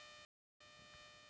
ಸಾಸಿವೆಯ ಅವಧಿ ಎಷ್ಟು?